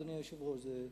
אדוני היושב-ראש?